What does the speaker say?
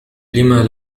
لما